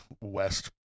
West